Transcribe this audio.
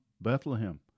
Bethlehem